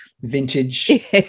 vintage